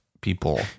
people